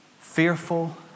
fearful